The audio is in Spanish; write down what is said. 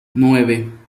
nueve